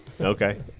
Okay